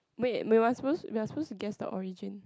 wait we are suppose we are suppose to guess the origin